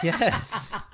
Yes